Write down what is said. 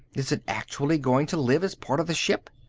is it actually going to live as part of the ship?